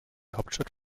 hauptstadt